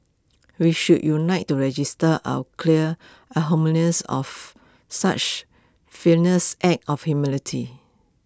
we should unite to register our clear of such failures act of humanity